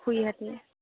খুৰীহঁত